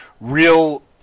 real